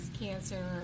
cancer